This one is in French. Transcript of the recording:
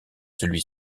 celui